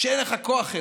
שאין לך כוח אליו.